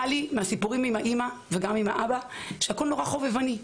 מהסיפורים עם האמא וגם עם האבא הכל היה נראה לי נורא חובבני.